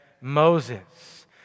Moses